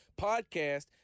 podcast